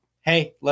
Hey